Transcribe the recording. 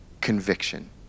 conviction